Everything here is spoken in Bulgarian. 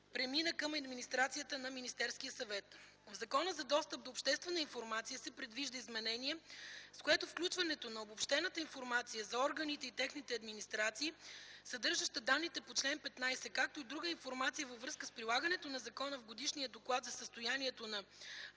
премина към администрацията на Министерския съвет. В Закона за достъп до обществена информация се предвижда изменение, с което включването на обобщената информация за органите и техните администрации, съдържаща данните по чл. 15, както и друга информация във връзка с прилагането на закона в годишния доклад за състоянието на